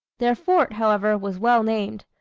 their fort, however, was well-named.